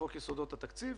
בחוק יסודות התקציב,